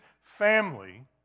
family